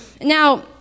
now